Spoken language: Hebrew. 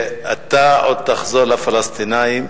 ואתה עוד תחזור לפלסטינים,